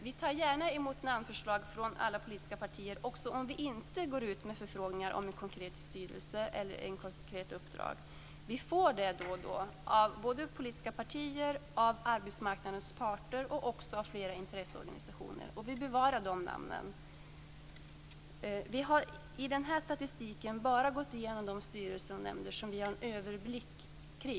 Vi tar gärna emot namnförslag från alla politiska partier även om vi inte går ut med förfrågningar om en konkret styrelse eller ett konkret uppdrag. Vi får det då och då både av politiska partier, arbetsmarknadens parter och flera intresseorganisationer. Vi bevarar de namnen. Vi har i denna statistik bara gått igenom de styrelser och nämnder som vi har en överblick över.